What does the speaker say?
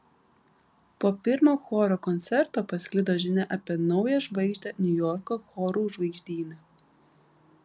po pirmo choro koncerto pasklido žinia apie naują žvaigždę niujorko chorų žvaigždyne